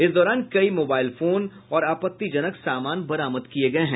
इस दौरान कई मोबाईल फोन और आपत्तिजनक सामान बरामद किये गये हैं